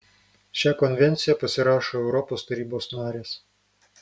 šią konvenciją pasirašo europos tarybos narės